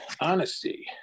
honesty